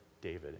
David